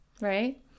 right